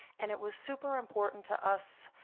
and it was super important to us.